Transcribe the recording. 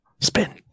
Spin